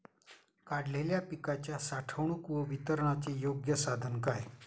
काढलेल्या पिकाच्या साठवणूक व वितरणाचे योग्य साधन काय?